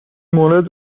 مورد